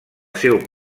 seu